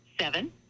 seven